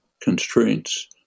constraints